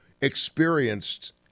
experienced